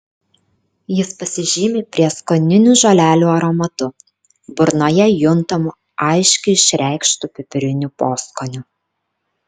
jis pasižymi prieskoninių žolelių aromatu burnoje juntamu aiškiai išreikštu pipiriniu poskoniu